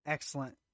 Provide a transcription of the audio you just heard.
Excellent